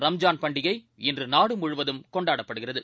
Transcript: ரம்ஜான் பண்டிகை இன்றுநாடுமுழுவதும்கொண்டாடப்படுகிறது